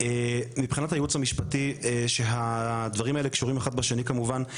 מבחינת הייעוץ המשפטי שהדברים האלה קשורים אחד בשני כמובן,